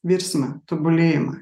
virsmą tobulėjimą